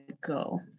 go